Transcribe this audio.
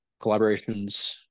collaborations